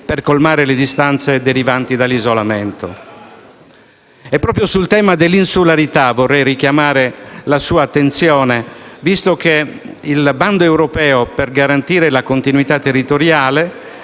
per colmare le distanze derivanti dall'isolamento. *(Commenti dal Gruppo PD).* Proprio sul tema dell'insularità vorrei richiamare la sua attenzione, visto che il bando europeo per garantire la continuità territoriale